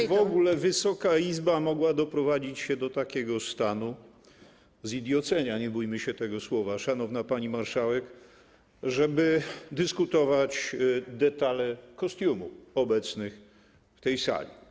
jak w ogóle Wysoka Izba mogła doprowadzić się do takiego stanu zidiocenia - nie bójmy się tego słowa, szanowna pani marszałek - żeby dyskutować o detalach kostiumów osób obecnych na tej sali.